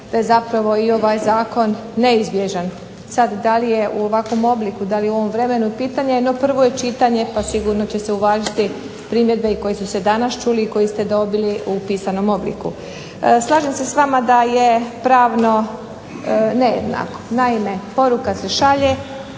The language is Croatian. da je zapravo i ovaj zakon neizbježan. Sad da li je u ovakvom obliku, da li je u ovom vremenu pitanje je, no prvo je čitanje pa sigurno će se uvažiti i primjedbe koje su se danas čule i koje ste dobili u pisanom obliku. Slažem se s vama da je pravno nejednako, naime poruka se šalje